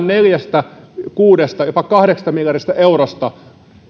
neljästä kuudesta jopa kahdeksasta miljardista eurosta